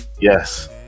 Yes